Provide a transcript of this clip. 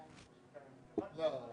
למה?